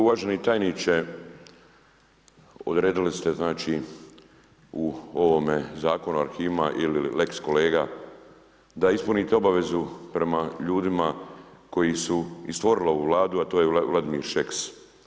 Uvaženi tajniče odredili ste u ovome Zakonu o arhivima ili lex-kolega da ispunite obavezu prema ljudima koji su i stvorili ovu Vladu, a to je Vladimir Šeks.